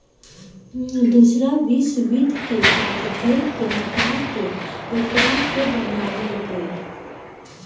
दूसरा विश्व युद्ध के बाद गेट के हटा के एकरा के बनावल गईल